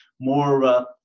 more